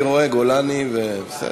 מודיעין אני רואה, גולני, בסדר.